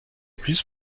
plus